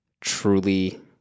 truly